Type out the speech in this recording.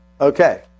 Okay